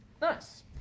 Nice